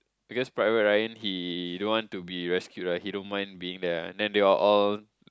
because private Ryan he don't want to be rescued ah he don't mind being the then they all all